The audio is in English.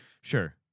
sure